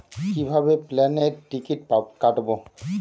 কিভাবে প্লেনের টিকিট কাটব?